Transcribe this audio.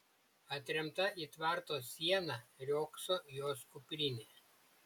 atremta į tvarto sieną riogso jos kuprinė